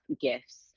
gifts